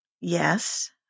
Yes